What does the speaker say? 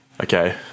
okay